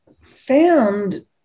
found